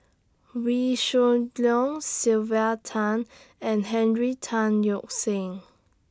Wee Shoo Leong Sylvia Tan and Henry Tan Yoke See